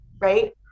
right